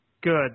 Good